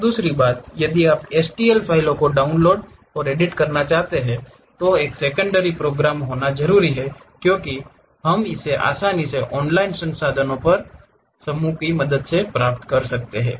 और दूसरी बात यदि आप STL फाइलों को डाउनलोड और एडिट करना चाहते हैं तो एक सेकेंडरी प्रोग्राम जरूरी होना चाहिए क्योंकि हम इसे आसानी से ऑनलाइन संसाधनों पर समूहों की मदद से प्राप्त कर सकते हैं